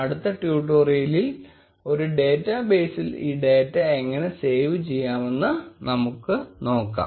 അടുത്ത ട്യൂട്ടോറിയലിൽ ഒരു ഡാറ്റാബേസിൽ ഈ ഡാറ്റ എങ്ങനെ സേവ് ചെയ്യാമെന്ന് നമുക്ക് നോക്കാം